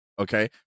okay